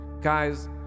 Guys